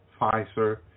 Pfizer